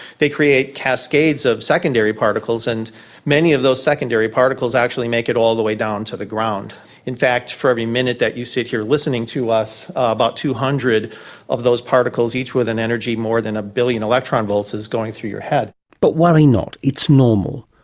they create cascades of secondary particles, and many of those secondary particles actually make it all the way down to the ground in fact for every minute that he sit here listening to us, about two hundred of those particles, each with an energy more than a billion electron volts, is going through your head. but worry not, it's normal.